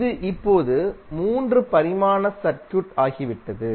இது இப்போது 3 பரிமாண சர்க்யூட் ஆகிவிட்டது